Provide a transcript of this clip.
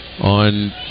on